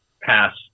Pass